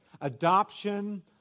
adoption